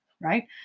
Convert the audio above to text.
Right